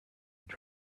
had